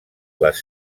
les